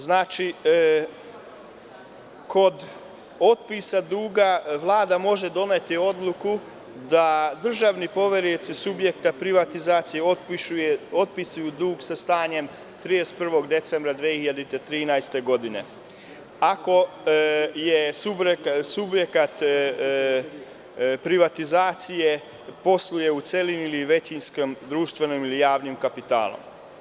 Znači, kod otpisa duga, Vlada može doneti odluku da državni poverioci subjekta privatizacija otpisuju dug sa stanjem 31. decembra 2013. godine, ako subjekat privatizacije posluje u celim ili većinskom, društvenom ili javnim kapitalom.